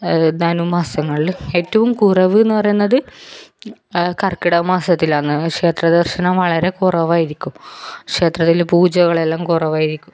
ധനു മാസങ്ങളിൽ ഏറ്റവും കുറവെന്ന് പറയുന്നത് കർക്കിടക മാസത്തിലാണ് ക്ഷേത്ര ദർശനം വളരെ കുറവായിരിക്കും ക്ഷേത്രങ്ങളിൽ പൂജകളെല്ലാം കുറവായിരിക്കും